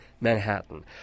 Manhattan